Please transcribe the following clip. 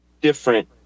different